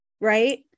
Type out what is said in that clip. right